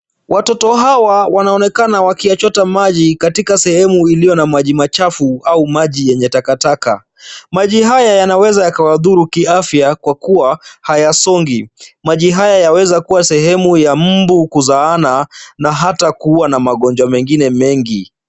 Watoto hawa wanaonekana wakiyachota maji katika sehemu iliyo na maji machafu au maji iliyo na takataka. Maji haya yanaweza yakawadhuru kiafya kwa kuwa hayasongi, maji haya yaweza kuwa sehemu ya mbu kuzaana na hata kuwa na magonjwa mengine mengi.